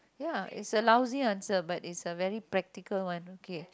ya it's a lousy answer but it's a very practical one okay